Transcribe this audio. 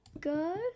go